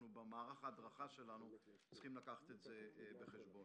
במערך ההדרכה שלנו אנחנו צריכים לקחת את זה בחשבון.